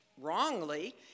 wrongly